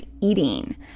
eating